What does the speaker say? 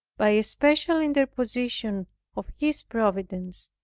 by a special interposition of his providence,